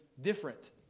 different